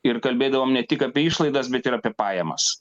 ir kalbėdavom ne tik apie išlaidas bet ir apie pajamas